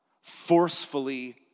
forcefully